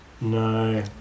No